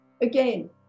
again